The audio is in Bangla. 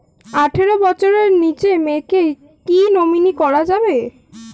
আঠারো বছরের নিচে মেয়েকে কী নমিনি করা যাবে?